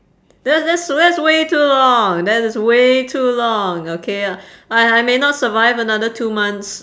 that's that's that's way too long that is way too long okay I I may not survive another two months